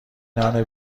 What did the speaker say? نان